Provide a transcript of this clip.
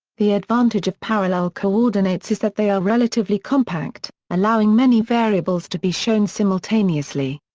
the advantage of parallel coordinates is that they are relatively compact, allowing many variables to be shown simultaneously.